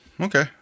Okay